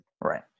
Right